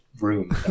room